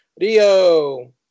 Rio